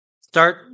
Start